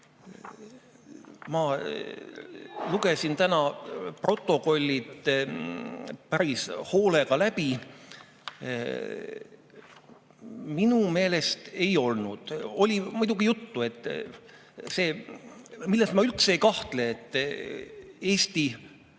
Ma lugesin täna protokollid päris hoolega läbi. Minu meelest ei olnud. Oli muidugi juttu sellest, milles ma üldse ei kahtle ja mida